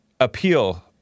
appeal